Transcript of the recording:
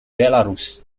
belarus